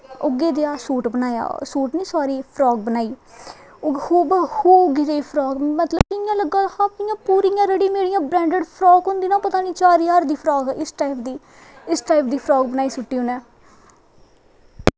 उ'ऐ जेहा सूट बनाया सूट निं सॉरी फ्रॉक बनाई हू बहू उ'ऐ जेही फ्राक मतलब कि इ'यां लग्गा दा हा पूरियां रडीमेड फ्राक होंदी ना चार ज्हार दी फ्राक उ'ऐ जेही इस टाईप दी फ्राक बनाई सुट्टी उ'नें